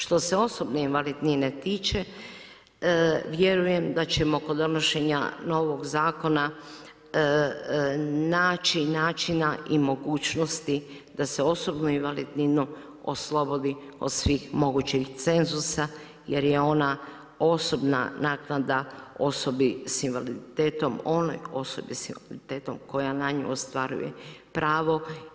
Što se osobne invalidnine tiče, vjerujem da ćemo kod donošenja novog zakona naći načina i mogućnosti da se osobnu invalidninu oslobodi od svih mogućih cenzusa jer je ona osobna naknada osobi sa invaliditetom, onoj osobi sa invaliditetom koja na nju ostvaruje pravo.